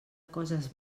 coses